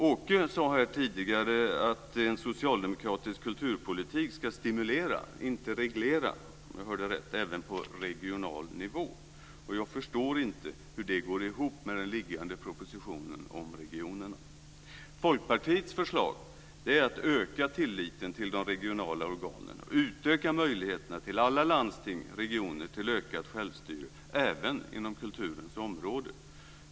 Åke Gustavsson sade här tidigare att en socialdemokratisk kulturpolitik ska stimulera, inte reglera - om jag hörde rätt - även på regional nivå. Jag förstår inte hur det går ihop med den liggande propositionen om regionerna. Folkpartiets förslag är att öka tilliten till de regionala organen och utöka möjligheterna för alla landsting, regioner till ökat självstyre, även inom kulturens område.